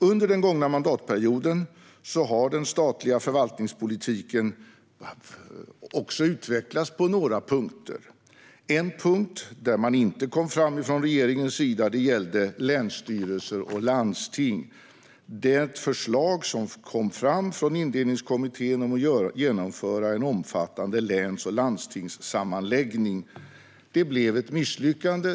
Under den gångna mandatperioden har den statliga förvaltningspolitiken utvecklats på några punkter. En punkt där man dock inte kom fram från regeringens sida gällde länsstyrelser och landsting. Det förslag som kom fram från Indelningskommittén om att genomföra en omfattande läns och landstingssammanläggning blev ett misslyckande.